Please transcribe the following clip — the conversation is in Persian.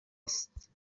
است